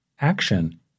Action